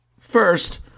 first